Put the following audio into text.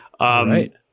right